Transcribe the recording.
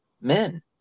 men